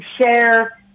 share